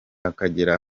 akagera